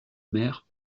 maire